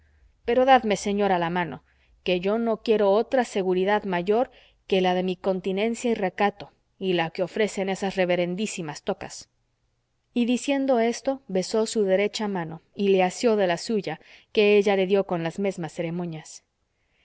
pero dadme señora la mano que yo no quiero otra seguridad mayor que la de mi continencia y recato y la que ofrecen esas reverendísimas tocas y diciendo esto besó su derecha mano y le asió de la suya que ella le dio con las mesmas ceremonias